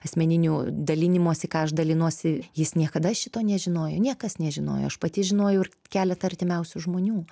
asmeninių dalinimosi ką aš dalinuosi jis niekada šito nežinojo niekas nežinojo pati žinojau ir keleta artimiausių žmonių